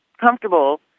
comfortable